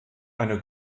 eine